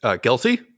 Guilty